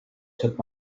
took